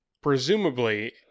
presumably